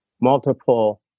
multiple